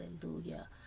hallelujah